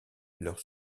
leur